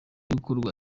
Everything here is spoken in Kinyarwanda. gukorwa